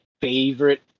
favorite